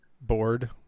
board